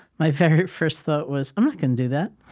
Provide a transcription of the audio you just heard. my very first thought was, i'm not gonna do that.